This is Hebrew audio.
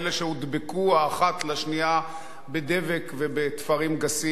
שהודבקו האחת לשנייה בדבק ובתפרים גסים,